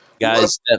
guys